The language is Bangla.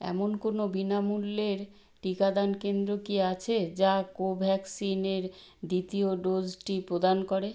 এমন কোনও বিনামূল্যের টিকাদান কেন্দ্র কি আছে যা কোভ্যাক্সিন এর দ্বিতীয় ডোজটি প্রদান করে